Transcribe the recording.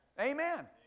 Amen